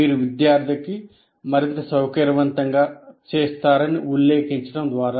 మీరు విద్యార్థికి మరింత సౌకర్యవంతంగా చేస్తారని ఉల్లేఖించడం ద్వారా